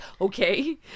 okay